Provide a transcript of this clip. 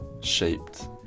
shaped